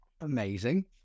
Amazing